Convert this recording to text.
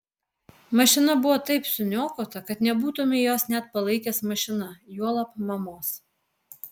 mašina buvo taip suniokota kad nebūtumei jos net palaikęs mašina juolab mamos